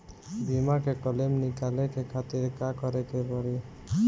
बीमा के क्लेम निकाले के खातिर का करे के पड़ी?